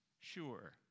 Sure